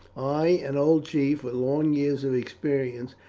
i, an old chief with long years of experience,